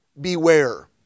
beware